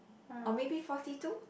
or maybe forty two